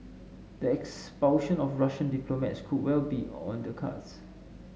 the expulsion of Russian diplomats could well be on the cards